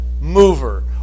mover